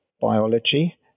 biology